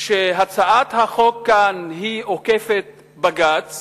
שהצעת החוק כאן היא עוקפת בג"ץ